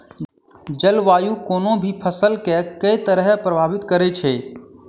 जलवायु कोनो भी फसल केँ के तरहे प्रभावित करै छै?